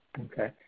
Okay